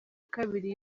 kabiri